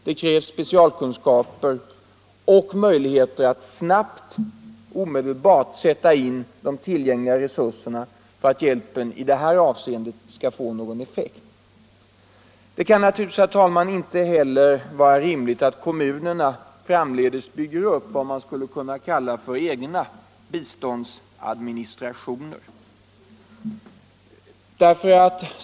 Det krävs specialkunskaper och möjligheter att omedelbart sätta in de tillgängliga resurserna för att hjälpen i det här avseendet skall få någon effekt. Det kan naturligtvis, herr talman, inte heller vara rimligt att kommunerna framdeles bygger upp vad man skulle kunna kalla för egna biståndsadministrationer.